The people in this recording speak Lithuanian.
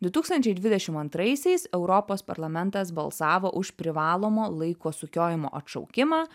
du tūkstančiai dvidešim antraisiais europos parlamentas balsavo už privalomo laiko sukiojimo atšaukimą